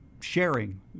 sharing